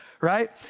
right